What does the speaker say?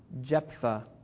Jephthah